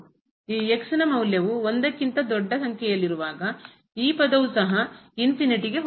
ಈ ನ ಮೌಲ್ಯವು ಕ್ಕಿಂತ ದೊಡ್ಡ ಸಂಖ್ಯೆಯಲ್ಲಿರುವಾಗ ಈ ಪದವು ಸಹ ಗೆ ಹೋಗುತ್ತದೆ